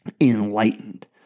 enlightened